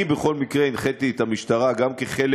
אני בכל מקרה הנחיתי את המשטרה, גם כחלק